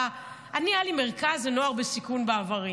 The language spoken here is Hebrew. היה לי מרכז לנוער בסיכון בעברי,